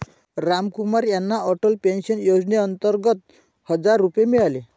रामकुमार यांना अटल पेन्शन योजनेअंतर्गत हजार रुपये मिळाले